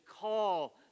call